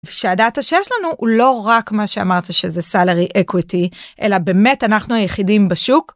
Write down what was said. ושהדאטה שיש לנו הוא לא רק מה שאמרת שזה salary equity אלא באמת אנחנו היחידים בשוק.